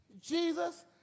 Jesus